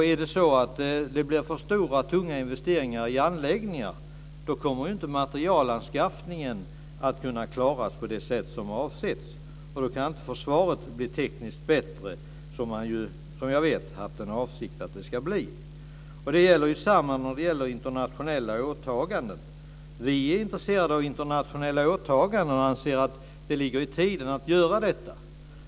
Är det så att det blir för stora, tunga investeringar i anläggningar så kommer inte materielanskaffningen att kunna klaras på det sätt som avses. Då kan inte försvaret bli tekniskt bättre, vilket jag vet att man har haft för avsikt att det ska bli. Samma sak gäller internationella åtaganden. Vi är intresserade av internationella åtaganden och anser att det ligger i tiden att göra sådana.